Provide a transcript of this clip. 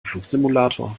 flugsimulator